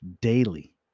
daily